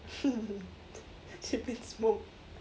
随便 smoke